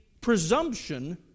presumption